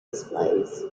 displays